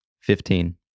Fifteen